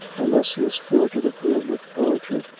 unless he is filled to the brim with poetry,